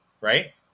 right